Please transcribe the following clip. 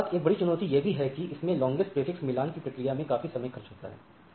इसके साथ एक बड़ी चुनौती यह भी है कि इसमें लांगेस्ट प्रेफिक्स मिलान की प्रक्रिया में काफी समय खर्च होता है